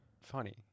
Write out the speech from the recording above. Funny